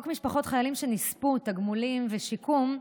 חוק משפחות חיילים שנספו (תגמולים ושיקום),